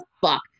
fuck